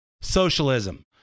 socialism